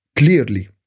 Clearly